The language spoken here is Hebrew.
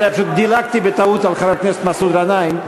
דילגתי בטעות על חבר הכנסת מסעוד גנאים,